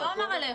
הוא לא אמר עליך.